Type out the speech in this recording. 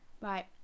right